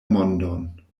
mondon